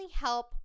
help